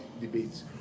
Debates